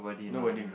no wording